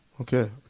Okay